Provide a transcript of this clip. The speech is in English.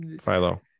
philo